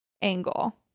angle